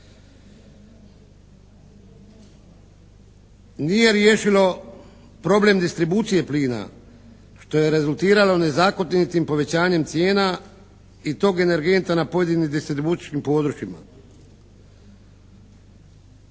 Nije riješilo problem distribucije plina, što je rezultiralo nezakonitim povećanjem cijena i tog energenta na pojedinim distribucijskim područjima.